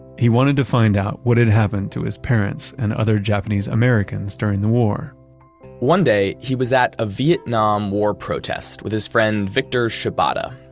he wanted to find out what had happened to his parents and other japanese americans during the war one day he was at a vietnam war protest with his friend victor shibata,